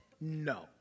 No